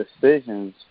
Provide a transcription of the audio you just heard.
decisions